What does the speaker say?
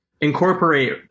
incorporate